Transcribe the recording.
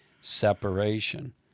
separation